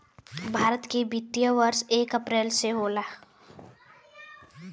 भारत के वित्तीय वर्ष एक अप्रैल से होला